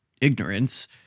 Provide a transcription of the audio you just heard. ignorance